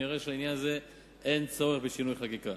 נראה שלעניין הזה אין צורך בשינוי חקיקה.